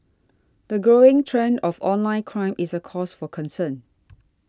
the growing trend of online crime is a cause for concern